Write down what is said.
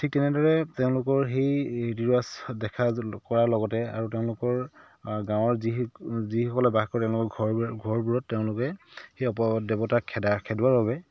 ঠিক তেনেদৰে তেওঁলোকৰ সেই ৰিৱাজ দেখা কৰাৰ লগতে আৰু তেওঁলোকৰ গাঁৱৰ যি যিসকলে বাস কৰে ন ঘৰবোৰে ঘৰবোৰত তেওঁলোকে সেই অপদেৱতাক খেদা খেদোৱাৰ বাবে